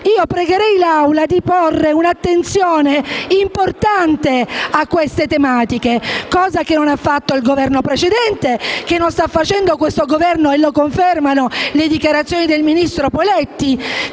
pregherei l'Assemblea di porre attenzione a queste importanti tematiche, cosa che non ha fatto il Governo precedente e che non sta facendo questo Governo, come confermano le dichiarazioni del ministro Poletti,